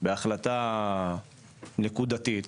בהחלטה נקודתית,